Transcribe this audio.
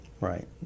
Right